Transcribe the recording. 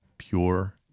Pure